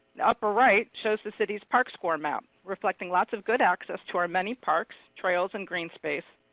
the upper right shows the city's park score map, reflecting lots of good access to our many parks, trails, and green space,